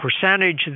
percentage